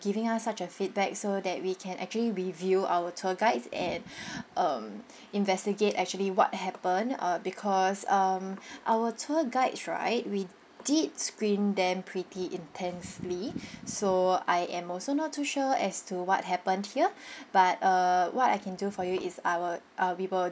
giving us such a feedback so that we can actually review our tour guides and um investigate actually what happened err because um our tour guides right we did screen them pretty intensely so I am also not too sure as to what happened here but err what I can do for you is I'll uh we will